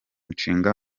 nshinga